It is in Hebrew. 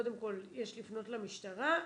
קודם כול יש לפנות למשטרה,